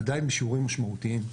עדיין בשיעורים משמעותיים.